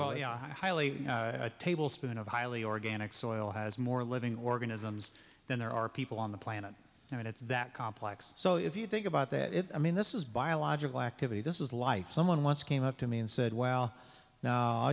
know highly a tablespoon of highly organic soil has more living organisms than there are people on the planet and it's that complex so if you think about that i mean this is biological activity this is life someone once came up to me and said well no